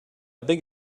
think